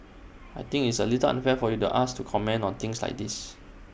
I think it's A little unfair for you to ask to comment on things like this